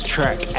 Track